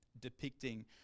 depicting